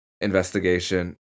investigation